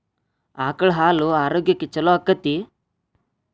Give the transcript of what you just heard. ಆಕಳ ಹಾಲು ಆರೋಗ್ಯಕ್ಕೆ ಛಲೋ ಆಕ್ಕೆತಿ?